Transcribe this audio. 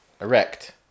Erect